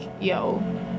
yo